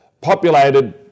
populated